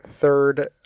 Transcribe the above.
third